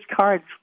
cards